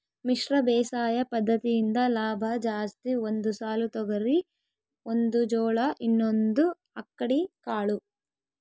ಮಿಶ್ರ ಬೇಸಾಯ ಪದ್ದತಿಯಿಂದ ಲಾಭ ಜಾಸ್ತಿ ಒಂದು ಸಾಲು ತೊಗರಿ ಒಂದು ಜೋಳ ಇನ್ನೊಂದು ಅಕ್ಕಡಿ ಕಾಳು